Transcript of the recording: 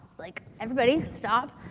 like, everybody, stop.